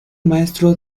maestro